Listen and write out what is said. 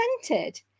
scented